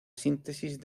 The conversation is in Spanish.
síntesis